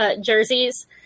jerseys